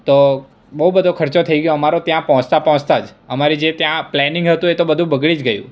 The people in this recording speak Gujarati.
તો બહુ બધો ખર્ચો થઈ ગયો અમારો ત્યાં પહોંચતા પહોંચતા જ અમારી જે ત્યાં પ્લાનિંગ હતું એ તો બધું બગડી જ ગયું